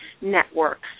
networks